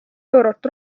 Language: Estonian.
eurot